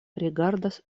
rigardas